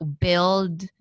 build